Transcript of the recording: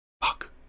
Fuck